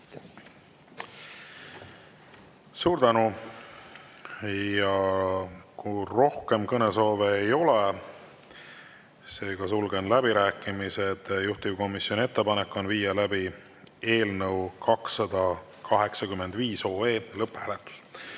Suur tänu! Rohkem kõnesoove ei ole, seega sulgen läbirääkimised. Juhtivkomisjoni ettepanek on viia läbi eelnõu 285 lõpphääletus.